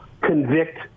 convict